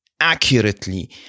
accurately